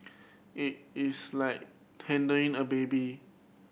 it is like handling a baby